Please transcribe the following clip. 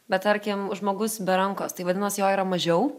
bet tarkim žmogus be rankos tai vadinasi jo yra mažiau